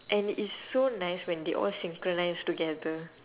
and it's so nice when they all synchronise together